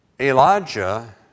Elijah